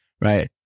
right